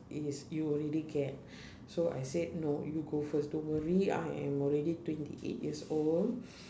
is you already get so I said no you go first don't worry I am already twenty eight years old